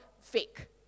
fake